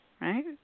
right